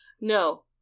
No